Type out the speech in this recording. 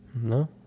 No